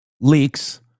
Leaks